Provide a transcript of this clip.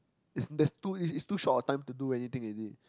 if these two is too short I'm to do anything in it